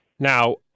Now